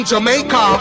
Jamaica